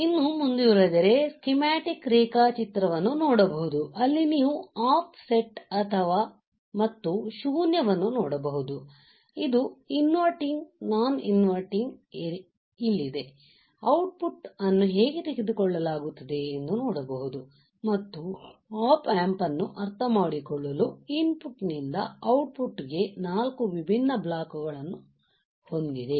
ಇನ್ನೂ ಮುಂದುವರಿದರೆ ಸ್ಕೀಮ್ಯಾಟಿಕ್ ರೇಖಾಚಿತ್ರವನ್ನು ನೋಡಬಹುದು ಅಲ್ಲಿ ನೀವು ಆಫ್ ಸೆಟ್ ಮತ್ತು ಶೂನ್ಯ ವನ್ನು ನೋಡಬಹುದು ಮತ್ತು ಇನ್ವರ್ಟಿಂಗ್ ನೋನ್ ಇನ್ವರ್ಟಿಂಗ್ ಎಲ್ಲಿದೆ ಔಟ್ ಪುಟ್ ಅನ್ನು ಹೇಗೆ ತೆಗೆದುಕೊಳ್ಳಲಾಗುತ್ತದೆ ಎಂದು ನೋಡಬಹುದು ಮತ್ತು ಆಪ್ ಅಂಪ್ ನ್ನು ಅರ್ಥಮಾಡಿಕೊಳ್ಳಲು ಇನ್ ಪುಟ್ ನಿಂದ ಔಟ್ ಪುಟ್ ಗೆ 4 ವಿಭಿನ್ನ ಬ್ಲಾಕ್ ಗಳನ್ನು ಹೊಂದಿದೆ